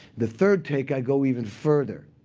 the third take, i go even further.